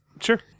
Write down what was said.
sure